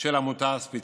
של עמותה ספציפית.